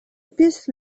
peace